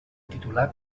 titular